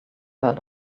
heard